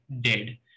dead